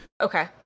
Okay